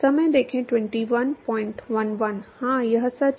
हाँ यह सच है